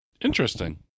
Interesting